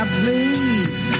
please